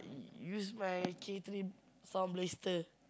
use my K three sound blaster